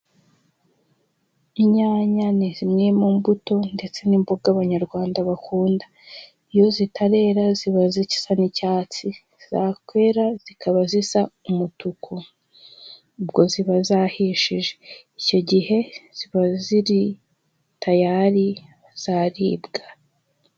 Inyanya ni zimwe mu mbuto ndetse n'imboga abanyarwanda bakunda, iyo zitarera ziba zi nicyatsi zakwera zikaba zisa umutuku, ubwo ziba zahishije icyo gihe ziba ziri tayari zaribwa.